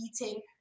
eating